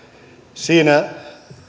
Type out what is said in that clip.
siinä